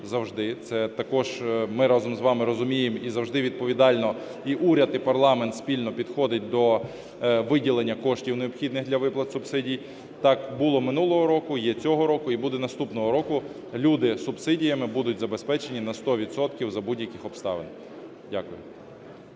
Це також ми разом з вами розуміємо і завжди відповідально і уряд, і парламент спільно підходить до виділення коштів, необхідних для виплат субсидій. Так було минулого року, є цього року і буде наступного року. Люди субсидіями будуть забезпечені на 100 відсотків за будь-яких обставин. Дякую.